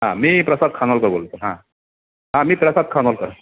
हां मी प्रसाद खानोलकर बोलतो आहे हां हां मी प्रसाद खानोलकर